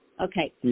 Okay